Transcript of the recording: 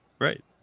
Right